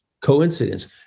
coincidence